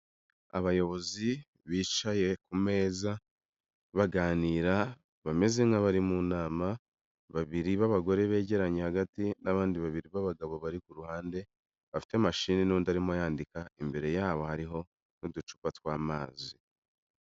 Abayobozi bicaye ku meza, baganira bameze nk'abari mu nama, babiri b'abagore begeranye hagati, n'abandi babiri b'abagabo bari ku ruhande, bafite mashini n'undi arimo yandika, imbere yabo hariho n'uducupa tw'amazi.